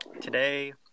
today